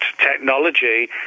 technology